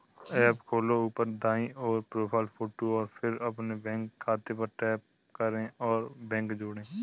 app खोलो, ऊपर दाईं ओर, प्रोफ़ाइल फ़ोटो और फिर अपने बैंक खाते पर टैप करें और बैंक जोड़ें